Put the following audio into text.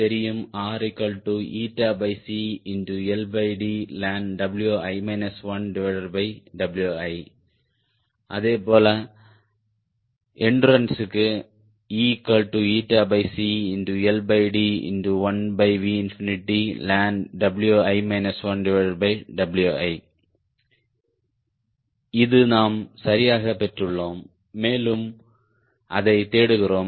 RlnWi 1Wi அதேபோல எண்டுறன்ஸ் ElnWi 1Wi இது நாம் சரியாகப் பெற்றுள்ளோம் மேலும் அதை தேடுகிறோம்